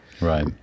Right